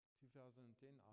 2010